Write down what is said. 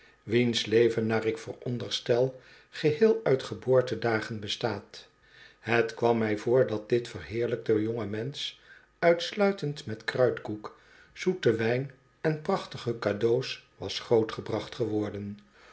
wiens leven naar ik vooronderstel geheel uit geboortedagen bestaat het kwam mij voor dat dit verheerlijkte jonge mensen uitsluitend met kruidkoek zoeten wijn en prachtige cadeaux was grootgebracht geworden